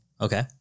Okay